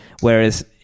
whereas